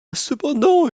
cependant